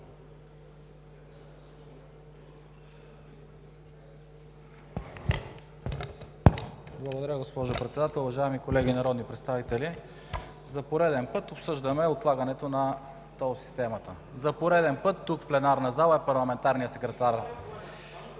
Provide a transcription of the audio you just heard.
Благодаря, госпожо Председател. Уважаеми колеги народни представители, за пореден път обсъждаме отлагането на тол системата. За пореден път тук, в пленарната зала, е парламентарният секретар